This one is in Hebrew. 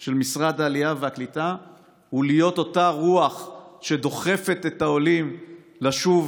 של משרד העלייה והקליטה הוא להיות אותה רוח שדוחפת את העולים לשוב